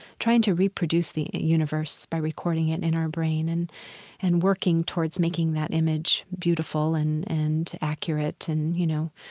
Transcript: trying to reproduce the universe by recording it in our brain and and working towards making that image beautiful and and accurate and, you know,